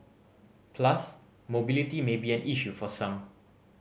plus mobility may be an issue for some